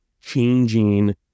changing